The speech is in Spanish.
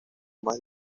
más